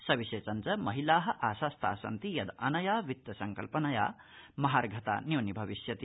सविशेषञ्च महिला आशास्ता सन्ति यदनया वित्त संकल्पनया महार्यता न्यूनीभविष्यति